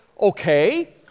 okay